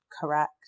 Correct